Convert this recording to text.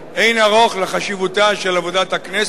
אין ערוך לחשיבותה של עבודת הכנסת,